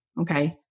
Okay